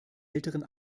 älteren